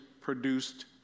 produced